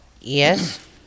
Yes